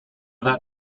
that